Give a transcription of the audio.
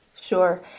Sure